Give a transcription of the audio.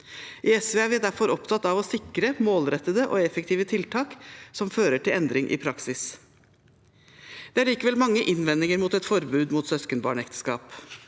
I SV er vi derfor opptatt av å sikre målrettede og effektive tiltak som fører til endring i praksis. Det er likevel mange innvendinger mot et forbud mot søskenbarnekteskap.